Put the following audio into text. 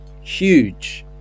huge